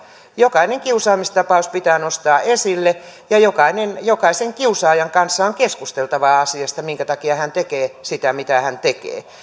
jokainen kiusaamistapaus pitää nostaa esille ja jokaisen kiusaajan kanssa on keskusteltava asiasta minkä takia hän tekee sitä mitä hän tekee